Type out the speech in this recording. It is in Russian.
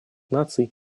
наций